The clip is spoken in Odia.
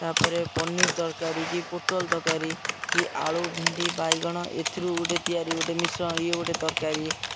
ତା'ପରେ ପନିର ତରକାରୀ କି ପୋଟଲ ତରକାରୀ କି ଆଳୁ ଭେଣ୍ଡି ବାଇଗଣ ଏଥିରୁ ଗୋଟେ ତିଆରି ଗୋଟେ ମିଶ୍ରଣ ଇଏ ଗୋଟେ ତରକାରୀ